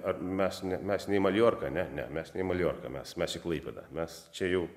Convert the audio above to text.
ar mes ne mes nei į maljorką ne ne mes ne į maljorką mes mes į klaipėdą mes čia jau